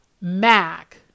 Mac